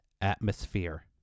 atmosphere